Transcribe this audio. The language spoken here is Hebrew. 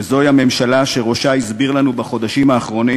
וזוהי הממשלה שראשה הסביר לנו בחודשים האחרונים